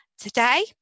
Today